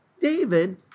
David